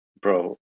bro